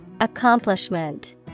Accomplishment